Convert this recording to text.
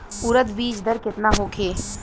उरद बीज दर केतना होखे?